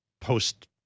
post